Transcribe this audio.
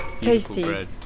tasty